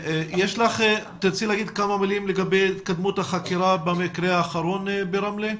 תרצי לומר כמה מילים לגבי התקדמות החקירה במקרה האחרון ברמלה?